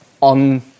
on